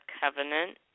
Covenant